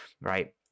right